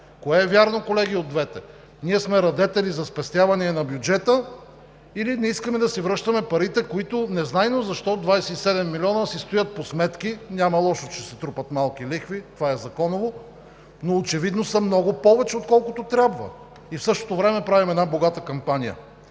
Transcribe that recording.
двете е вярно, колеги? Ние сме радетели за спестявания на бюджета, или не искаме да си връщаме парите, които незнайно защо, 27 милиона си стоят по сметки? Няма лошо, че се трупат малки лихви, това е законово, но очевидно са много повече, отколкото трябва. В същото време правим една богата кампания.